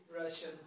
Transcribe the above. Russian